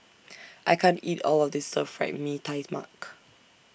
I can't eat All of This Stir Fried Mee Tai Mak